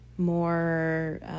more